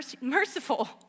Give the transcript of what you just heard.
merciful